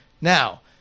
Now